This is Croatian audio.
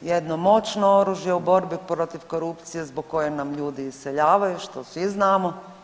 jedno moćno oružje u borbi protiv korupcije zbog koje nam ljudi iseljavaju što svi znamo.